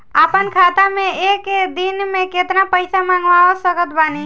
अपना खाता मे एक दिन मे केतना पईसा मँगवा सकत बानी?